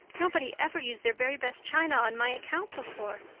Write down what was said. nobody ever used their very best china on my account before.